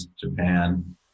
Japan